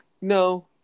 No